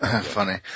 Funny